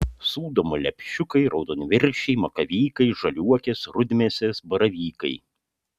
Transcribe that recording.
sūdoma lepšiukai raudonviršiai makavykai žaliuokės rudmėsės baravykai